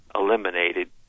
eliminated